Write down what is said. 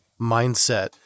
mindset